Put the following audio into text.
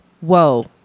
Whoa